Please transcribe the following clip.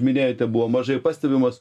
minėjote buvo mažai pastebimas